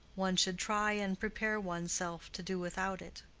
one should try and prepare one's self to do without it.